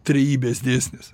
trejybės dėsnis